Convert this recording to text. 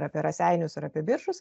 ar apie raseinius ar apie biržus